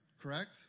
correct